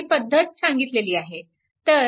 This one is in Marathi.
मी पद्धत मी सांगितलेली आहे